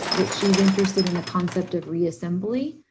which she's interested in the concept of reassembly.